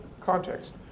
context